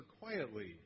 quietly